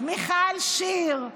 מיכל שיר,